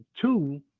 two